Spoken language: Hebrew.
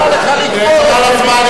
חבל על הזמן,